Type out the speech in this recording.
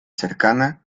cercana